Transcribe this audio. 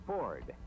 Ford